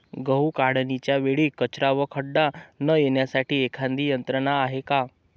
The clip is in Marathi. गहू काढणीच्या वेळी कचरा व खडा न येण्यासाठी एखादी यंत्रणा आहे का?